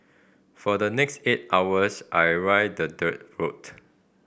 for the next eight hours I ride the dirt road